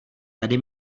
tady